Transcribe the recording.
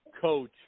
coach